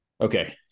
okay